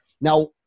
now